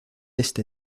este